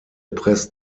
presst